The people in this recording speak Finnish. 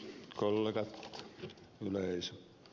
kollegat yleisö